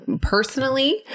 personally